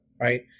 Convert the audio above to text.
right